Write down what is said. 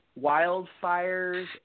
wildfires